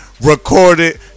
recorded